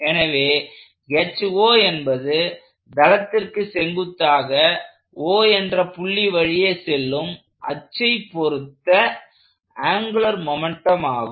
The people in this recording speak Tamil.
எனவே என்பது தளத்திற்கு செங்குத்தாக O என்ற புள்ளி வழியே செல்லும் அச்சை பொருத்த ஆங்குலர் மொமெண்ட்டம் ஆகும்